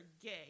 gay